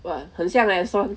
!wah! 很像 leh swan